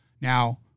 Now